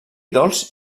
dolç